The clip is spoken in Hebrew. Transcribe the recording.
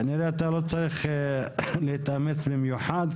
כנראה אתה לא צריך להתאמץ במיוחד,